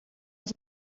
ist